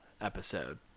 episode